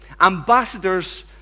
ambassadors